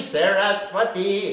Saraswati